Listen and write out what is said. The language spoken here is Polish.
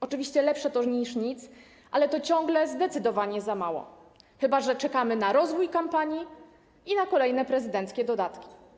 Oczywiście lepsze to niż nic, ale to ciągle zdecydowanie za mało, chyba że czekamy na rozwój kampanii i na kolejne prezydenckie dodatki.